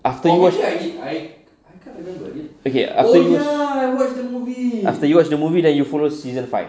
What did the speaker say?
after you watch okay after you watch after you watch the movie then you follow season five